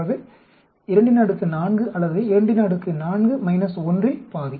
அதாவது 24 அல்லது 24 1 இல் பாதி